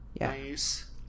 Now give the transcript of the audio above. Nice